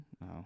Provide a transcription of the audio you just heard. No